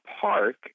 Park